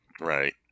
Right